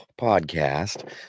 podcast